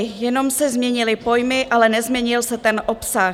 Jenom se změnily pojmy, ale nezměnil se ten obsah.